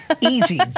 Easy